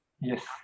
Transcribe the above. Yes